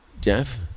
Jeff